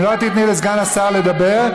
סליחה, סליחה, אם לא תיתני לסגן השר לדבר,